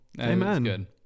Amen